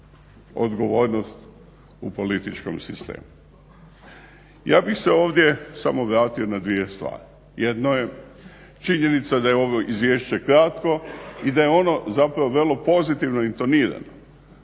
Ja bih se ovdje samo vratio na dvije stvari. Jedno je činjenica da je ovo izvješće kratko i da je ono zapravo vrlo pozitivno intonirano